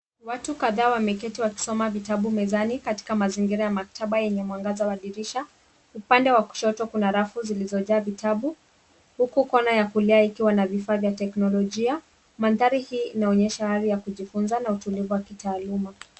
Watu kadhaa wameketi wakisoma vitabu mezani katika mazingira ya maktaba yenye mwangaza wa dirisha. Upande wa kushoto kuna rafu zilizojaa vitabu huku kona ya kulia ikiwa na vifaa vya teknolojia. Mandhari hii inaonyesha hali ya kujifunza na utulivu wa kitaaluma.